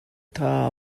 tha